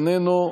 איננו,